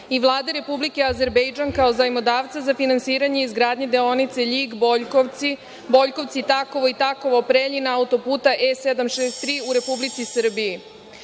i Vlade Republike Azerbejdžana kao zajmodavca za finansiranje izgradnje deonice Ljig – Bojkovci, Bojkovci – Takovo, Takovo – Preljina, autoputa E 763 u Republici